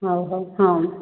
ହଉ ହଉ ହଁ